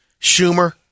Schumer